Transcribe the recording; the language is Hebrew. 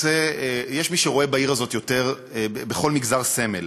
יש מי שרואה בעיר הזאת בכל מגזר סמל: